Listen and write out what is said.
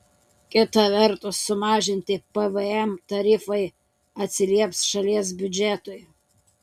kita vertus sumažinti pvm tarifai atsilieps šalies biudžetui